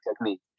technique